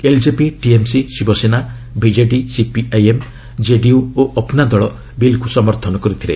LJP TMC Shivsena BJD CPIM କେଡିୟୁ ଓ ଅପ୍ନା ଦଳ ବିଲ୍କୁ ସମର୍ଥନ କରିଥିଲେ